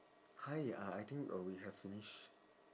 hi I I think uh we have finished